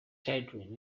children